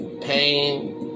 pain